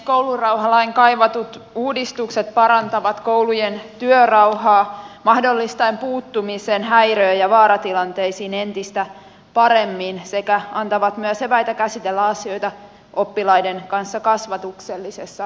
koulurauhalain kaivatut uudistukset parantavat koulujen työrauhaa mahdollistaen puuttumisen häiriö ja vaaratilanteisiin entistä paremmin sekä antavat myös eväitä käsitellä asioita oppilaiden kanssa kasvatuksellisessa hengessä